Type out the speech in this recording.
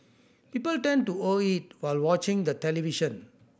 people tend to over eat while watching the television